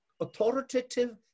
authoritative